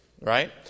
right